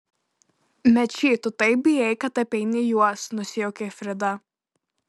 mečy tu taip bijai kad apeini juos nusijuokė frida